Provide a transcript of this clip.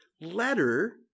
letter